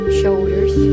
shoulders